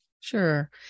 Sure